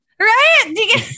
Right